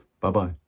Bye-bye